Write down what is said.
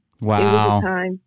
wow